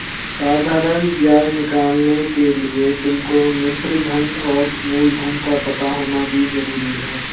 साधारण ब्याज निकालने के लिए तुमको मिश्रधन और मूलधन का पता होना भी जरूरी है